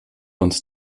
uns